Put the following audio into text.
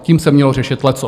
Tím se mělo řešit leccos.